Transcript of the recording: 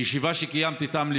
בישיבה שקיימת איתם,